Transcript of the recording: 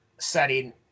setting